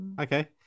Okay